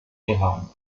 iran